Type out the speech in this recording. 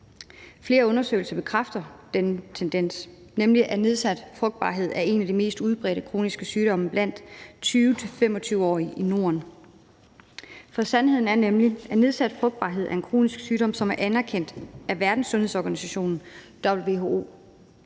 Flere undersøgelser bekræfter den tendens, nemlig at nedsat frugtbarhed er en af de mest udbredte kroniske sygdomme blandt 20-25-årige i Norden. Sandheden er nemlig, at nedsat frugtbarhed er en kronisk sygdom, som er anerkendt af Verdenssundhedsorganisationen, WHO,